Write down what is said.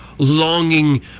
Longing